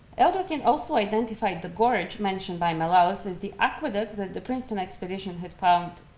elderkin also identified the gorge mentioned by malalas as the aqueduct that the princeton expedition had found,